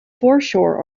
foreshore